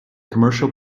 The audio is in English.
commercial